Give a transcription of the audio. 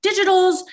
digitals